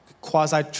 quasi